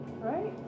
Right